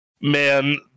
man